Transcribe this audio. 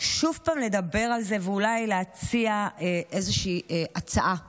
ושוב לדבר על זה ואולי להציע איזושהי הצעה לחשיבה.